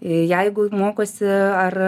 jeigu mokosi ar